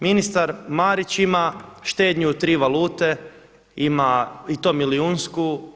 Ministar Marić ima štednju u tri valute, ima i to milijunsku.